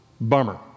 bummer